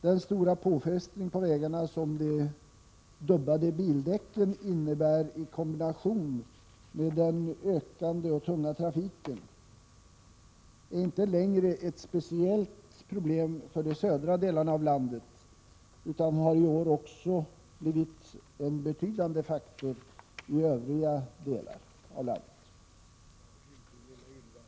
Den stora påfrestning på vägarna som de dubbade bildäcken innebär i kombination med den ökande och tunga trafiken är inte längre ett problem speciellt för södra delen av landet, utan har i år också blivit en betydande faktor i övriga delar av landet.